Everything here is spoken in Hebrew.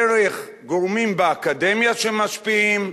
דרך גורמים באקדמיה שמשפיעים,